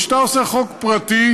כשאתה עושה חוק פרטי,